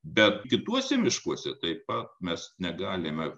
bet kituose miškuose taip pat mes negalime